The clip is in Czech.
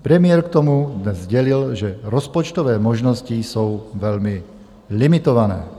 Premiér k tomu dnes sdělil, že rozpočtové možnosti jsou velmi limitované.